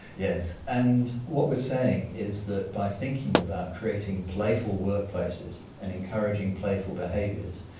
yes. and what we're saying is that by thinking about creating playful workplaces and encouraging playful behaviours,